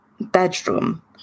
bedroom